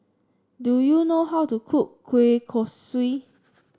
do you know how to cook Kueh Kosui